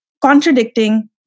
contradicting